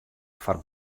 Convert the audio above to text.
foar